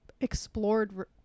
explored